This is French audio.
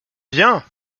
bien